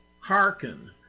hearken